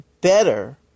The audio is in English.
better